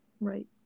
Right